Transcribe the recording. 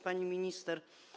Pani Minister!